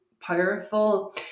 powerful